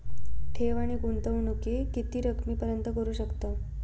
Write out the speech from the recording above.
ठेव आणि गुंतवणूकी किती रकमेपर्यंत करू शकतव?